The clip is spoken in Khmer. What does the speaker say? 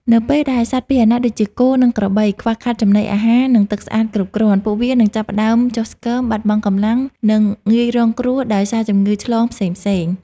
នៅពេលដែលសត្វពាហនៈដូចជា គោ និងក្របី ខ្វះខាតចំណីអាហារ និងទឹកស្អាតគ្រប់គ្រាន់ ពួកវានឹងចាប់ផ្ដើមចុះស្គម បាត់បង់កម្លាំង និងងាយរងគ្រោះដោយសារជំងឺឆ្លងផ្សេងៗ។